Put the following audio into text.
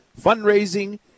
fundraising